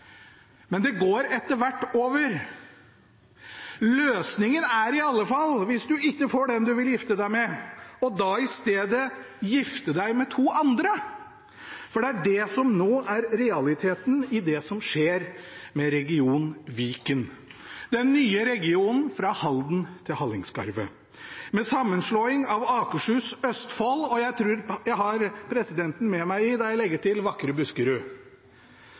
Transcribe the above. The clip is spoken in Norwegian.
men det går etter hvert over. Løsningen er i alle fall, hvis du ikke får den du vil gifte deg med, i stedet å gifte deg med to andre! Det er det som nå er realiteten i det som skjer med regionen Viken, den nye regionen fra Halden til Hallingskarvet, ved sammenslåingen av Akershus, Østfold – og jeg tror jeg har presidenten med meg når jeg legger til – og vakre Buskerud.